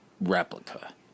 replica